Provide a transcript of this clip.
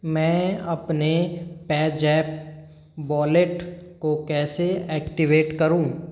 मैं अपने PayZapp wallet को कैसे ऐक्टिवेट करूँ